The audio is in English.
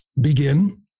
begin